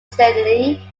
steadily